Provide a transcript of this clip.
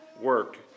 work